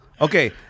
Okay